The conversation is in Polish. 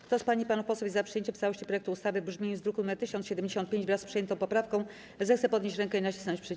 Kto z pań i panów posłów jest za przyjęciem w całości projektu ustawy w brzmieniu z druku nr 1075, wraz z przyjętą poprawką, zechce podnieść rękę i nacisnąć przycisk.